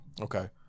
Okay